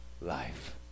life